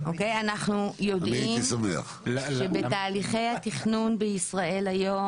אנחנו יודעים שבתהליכי התכנון בישראל היום